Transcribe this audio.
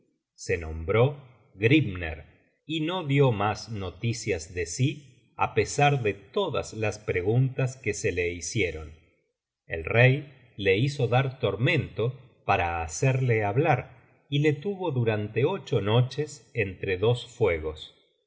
se nombró grimner y no dió mas noticias de sí á pesar de todas las preguntas que se le hi cieron el lley le hizo dar tormento para hacerle hablar y le tuvo durante ocho noches entre dos fuegos